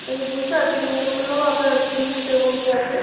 আমি বুঝতে পাচ্ছি কিন্তু উকিলবাবু আপনার ফিস কিরকম কী আছে